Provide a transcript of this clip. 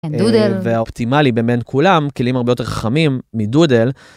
דודל... והאופטימלי מבין כולם, כלים הרבה יותר חכמים מדודל.